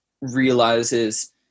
realizes